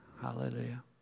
hallelujah